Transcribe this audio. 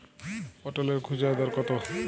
পটলের খুচরা দর কত?